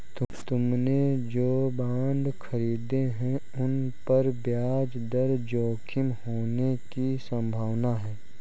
तुमने जो बॉन्ड खरीदे हैं, उन पर ब्याज दर जोखिम होने की संभावना है